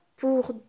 pour